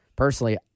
Personally